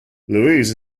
louise